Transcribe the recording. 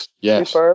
yes